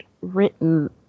written